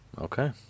Okay